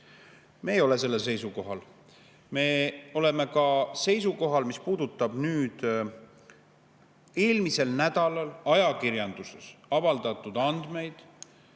Me ei ole sellel seisukohal. Me oleme seisukohal, mis puudutab eelmisel nädalal ajakirjanduses avaldatud andmeid